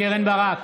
קרן ברק,